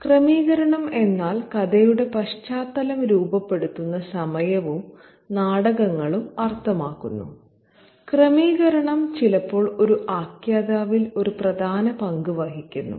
ക്രമീകരണം എന്നാൽ കഥയുടെ പശ്ചാത്തലം രൂപപ്പെടുത്തുന്ന സമയവും നാടകങ്ങളും അർത്ഥമാക്കുന്നു ക്രമീകരണം ചിലപ്പോൾ ഒരു ആഖ്യാതാവിൽ ഒരു പ്രധാന പങ്ക് വഹിക്കുന്നു